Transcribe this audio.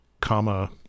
comma